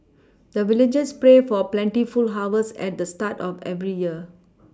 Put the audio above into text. the villagers pray for plentiful harvest at the start of every year